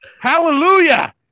Hallelujah